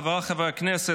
חבריי חברי הכנסת,